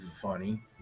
funny